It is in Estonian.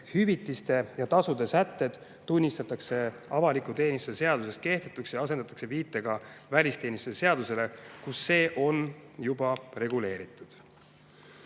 hüvitiste ja tasude sätted tunnistatakse avaliku teenistuse seaduses kehtetuks ja asendatakse viitega välisteenistuse seadusele, kus see on juba reguleeritud. Eelnõu